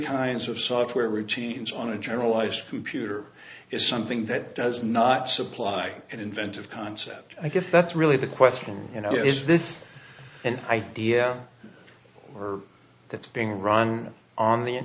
kinds of software routines on a generalized computer is something that does not supply an inventive concept i guess that's really the question you know is this an idea that's being run on the